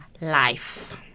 life